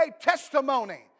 testimony